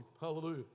Hallelujah